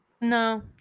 no